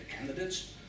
candidates